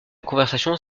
conversation